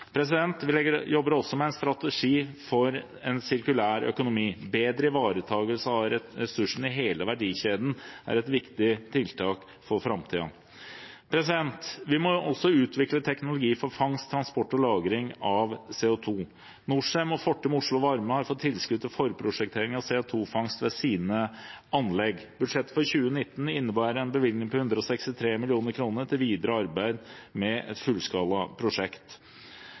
Vi jobber også med en strategi for en sirkulær økonomi. Bedre ivaretakelse av ressursene i hele verdikjeden er et viktig tiltak for framtiden. Vi må også utvikle teknologi for fangst, transport og lagring av CO2. Norcem og Fortum Oslo Varme har fått tilskudd til forprosjektering av CO2-fangst ved sine anlegg. Budsjettet for 2019 innebærer en bevilgning på 163 mill. kr til videre arbeid med et